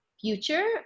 future